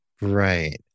Right